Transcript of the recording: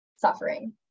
suffering